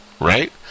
right